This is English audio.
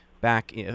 back